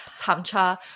Samcha